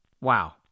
Wow